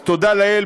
אז תודה לאל,